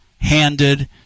handed